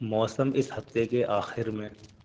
موسم اس ہفتے کے آخر میں